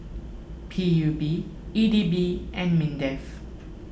P U B E D B and Mindef